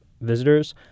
visitors